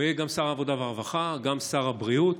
הוא יהיה גם שר העבודה והרווחה, גם שר הבריאות,